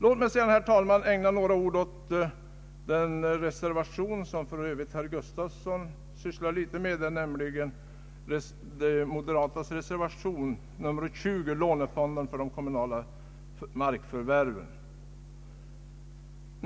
Låt mig sedan, herr talman, ägna några ord åt den reservation som herr Gustafsson för övrigt berörde en smula, nämligen moderata samlingspartiets reservation nr 20 beträffande lånefonden för kommunala markförvärv.